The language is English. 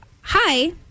hi